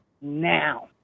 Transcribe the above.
now